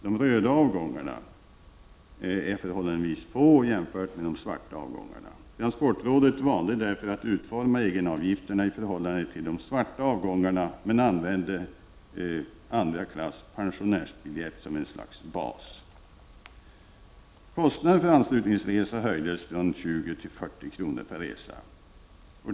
De röda avgångarna är förhållandevis få jämfört med de svarta. Transportrådet valde därför att utforma egenavgifterna i förhållande till de svarta avgångarna men använde andra klass pensionärsbiljett som ett slags bas. Kostnaden för anslutningsresa höjdes från 20 till 40 kr. per resa.